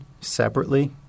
separately